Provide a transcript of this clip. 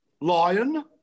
Lion